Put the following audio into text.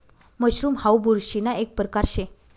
mushroom हाऊ बुरशीना एक परकार शे